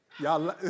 Y'all